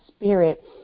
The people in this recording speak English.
spirit